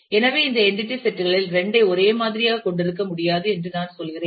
எனவே இந்த entity set களில் இரண்டை ஒரே மாதிரியாகக் கொண்டிருக்க முடியாது என்று நான் சொல்கிறேன்